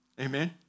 Amen